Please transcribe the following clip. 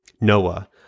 Noah